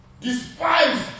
despised